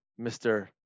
mr